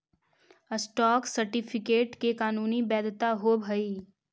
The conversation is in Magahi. स्टॉक सर्टिफिकेट के कानूनी वैधता होवऽ हइ